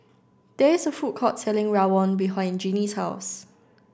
there is a food court selling Rawon behind Jeanie's house